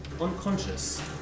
unconscious